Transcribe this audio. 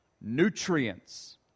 nutrients